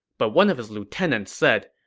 but one of his lieutenants said,